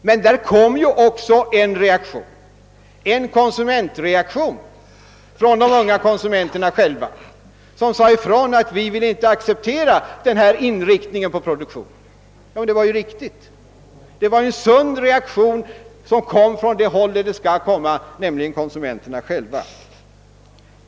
Men där kom ju också en konsumentreaktion från de unga konsumenterna själva, som sade ifrån att de inte ville acceptera denna inriktning av produktionen. Det var en sådan reaktion som kom från det håll den skail komma från, nämligen konsumenterna själva.